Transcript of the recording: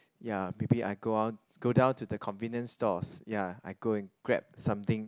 ya maybe I go on go down to the convenience stores ya I go and grab something